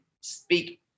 speak